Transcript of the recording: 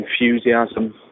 enthusiasm